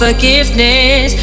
Forgiveness